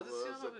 מה זה סיעה ערבית?